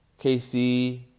KC